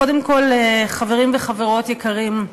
קודם כול, חברים וחברות יקרים,